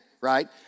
right